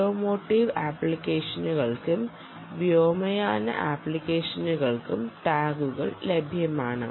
automotive ആപ്ലിക്കേഷനുകൾക്കും വ്യോമയാന ആപ്ലിക്കേഷനുകൾക്കും ടാഗുകൾ ലഭ്യമാണ്